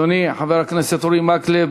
אדוני חבר הכנסת אורי מקלב,